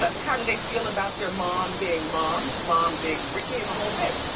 ah how do they feel about their mom being mom, mom being britney and the whole bit.